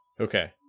Okay